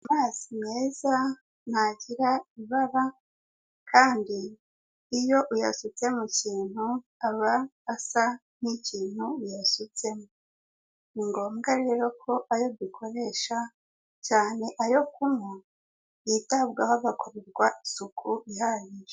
Amazi meza ntagira ibara kandi iyo uyasutse mu kintu aba asa nk'ikintu uyasutsemo. Ni ngombwa rero ko ayo dukoresha cyane ayo kunywa yitabwaho hagakorerwa isuku ihagije.